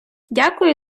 дякую